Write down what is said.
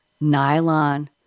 Nylon